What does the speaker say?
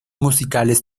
musicales